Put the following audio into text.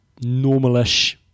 normalish